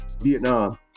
Vietnam